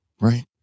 right